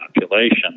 population